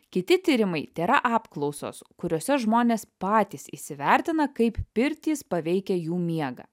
kiti tyrimai tėra apklausos kuriose žmonės patys įsivertina kaip pirtys paveikia jų miegą